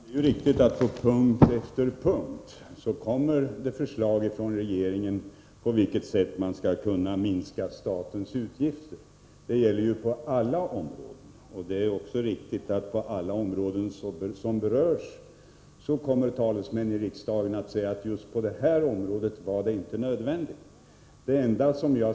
Herr talman! Det är riktigt att det på punkt efter punkt kommer förslag från regeringen om hur man skall kunna minska statens utgifter. Detta gäller på alla områden, och talesmän i riksdagen för de områden som berörs kommer också att säga att just på deras område är det inte nödvändigt.